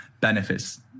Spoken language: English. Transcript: benefits